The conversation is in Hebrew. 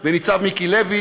ניצב מיקי לוי